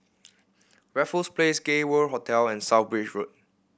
Raffles Place Gay World Hotel and South Bridge Road